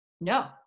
no